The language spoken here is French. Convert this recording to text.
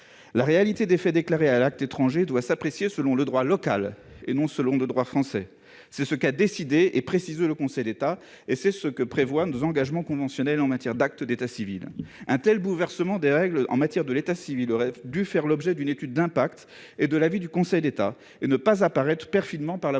La réalité des faits déclarés dans l'acte étranger doit s'apprécier selon le droit local, et non selon le droit français. C'est ce qu'a décidé et précisé le Conseil d'État. C'est aussi ce que prévoient nos engagements conventionnels en matière d'actes d'état civil. Un tel bouleversement des règles relatives à l'état civil aurait dû faire l'objet d'une étude d'impact et de l'avis du Conseil d'État et ne pas être introduit perfidement, par voie